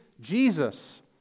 Jesus